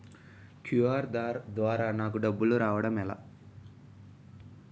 QR ద్వారా నాకు డబ్బులు రావడం ఎలా?